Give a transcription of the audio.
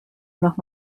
noch